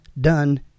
done